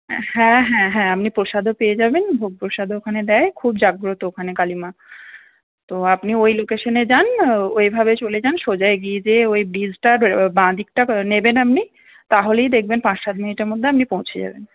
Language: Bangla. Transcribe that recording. হ্যাঁ হ্যাঁ হ্যাঁ আমনি প্রসাদও পেয়ে যাবেন ভোগ প্রসাদও ওখানে দেয় খুব জাগ্রত ওখানে কালী মা তো আপনি ওই লোকেশানে যান ওইভাবে চলে যান সোজা এগিয়ে যেয়ে ওই ব্রিজটার বাঁদিকটা নেবেন আমনি তাহলেই দেখবেন পাঁচ সাত মিনিটের মধ্যে আমনি পৌছে যাবেন